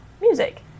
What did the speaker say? music